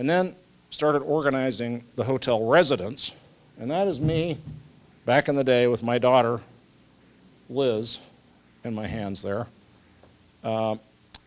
and then started organizing the hotel residents and that is me back in the day with my daughter lives in my hands they're